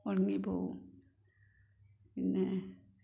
ഉണങ്ങിപ്പോവും പിന്നേ